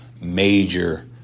major